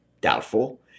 doubtful